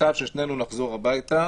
מוטב ששנינו נחזור הביתה.